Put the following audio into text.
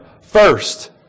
first